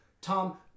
Tom